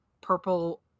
purple